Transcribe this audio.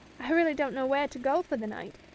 i really don't know where to go for the night,